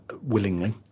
willingly